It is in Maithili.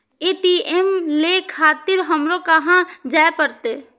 ए.टी.एम ले खातिर हमरो कहाँ जाए परतें?